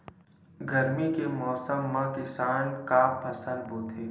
गरमी के मौसम मा किसान का फसल बोथे?